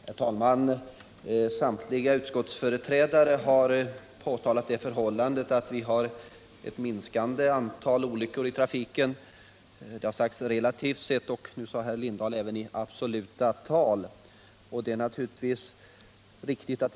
Herr talman! Samtliga utskottsföreträdare har påpekat det förhållandet att vi har ett minskande antal olyckor i trafiken. Det har talats om en minskning relativt sett, och nu sade herr Lindahl att det skett en minskning även i absoluta tal.